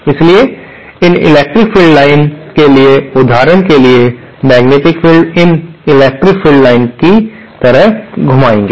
इसलिए इन electric field lines के लिए उदाहरण के लिए मैग्नेटिक फील्ड इन इलेक्ट्रिक फील्ड लाइन्स की तरह घुमाएंगे